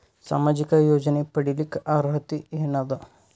ಸಾಮಾಜಿಕ ಯೋಜನೆ ಪಡಿಲಿಕ್ಕ ಅರ್ಹತಿ ಎನದ?